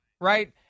Right